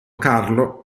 carlo